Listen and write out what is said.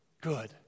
Good